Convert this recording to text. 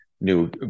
new